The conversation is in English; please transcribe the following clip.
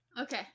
okay